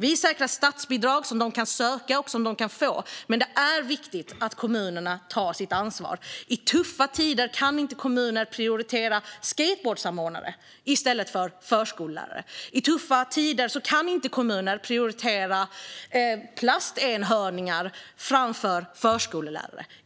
Vi säkrar statsbidrag som de kan söka och som de kan få, men det är viktigt att kommunerna tar sitt ansvar. I tuffa tider kan kommuner inte prioritera skateboardsamordnare i stället för förskollärare. I tuffa tider kan kommuner inte prioritera plastenhörningar framför förskollärare.